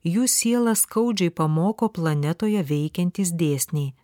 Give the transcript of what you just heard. jų sielą skaudžiai pamoko planetoje veikiantys dėsniai